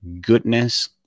goodness